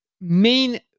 main